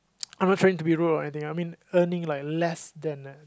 I'm not trying to be rude or anything I mean earning less than a